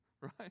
right